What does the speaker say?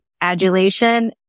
adulation